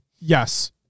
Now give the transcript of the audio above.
yes